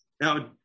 Now